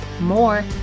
more